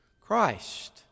Christ